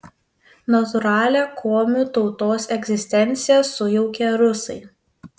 natūralią komių tautos egzistenciją sujaukė rusai